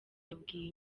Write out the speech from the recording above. yabwiye